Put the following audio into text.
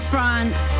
France